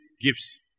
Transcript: gifts